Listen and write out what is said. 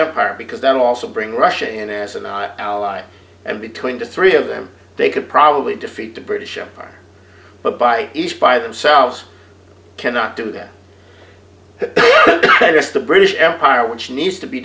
empire because then also bring russia in as a not ally and between the three of them they could probably defeat the british empire but by each by themselves cannot do that yes the british empire which needs to be